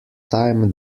time